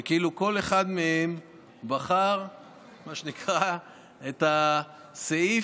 שכאילו כל אחד מהם בחר מה שנקרא את הסעיף